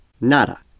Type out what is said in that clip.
Nada